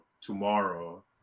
tomorrow